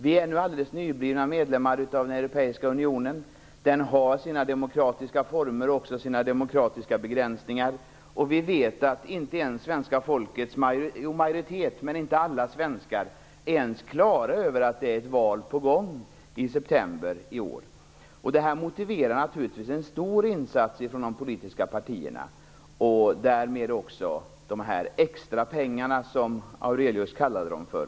Vi är nu alldeles nyblivna medlemmar i den europeiska unionen. Den har sina demokratiska former och begränsningar. Vi vet att inte ens alla svenskar är på det klara med att det är ett val på gång i september i år. Det motiverar naturligtvis en stor insats från de politiska partierna och därmed också de extra pengarna, som Aurelius kallade dem för.